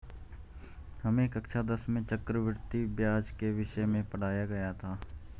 हमें कक्षा दस में चक्रवृद्धि ब्याज के विषय में पढ़ाया गया था